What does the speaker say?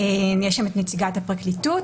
יש שם את נציגת הפרקליטות,